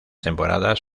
temporadas